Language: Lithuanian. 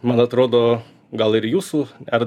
man atrodo gal ir jūsų ar